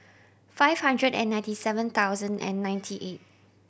five hundred and ninety seven thousand and ninety eight